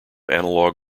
analog